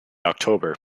october